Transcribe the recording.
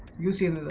use ie and